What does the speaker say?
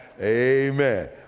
Amen